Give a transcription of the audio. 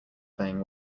playing